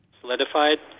solidified